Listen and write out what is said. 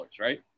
right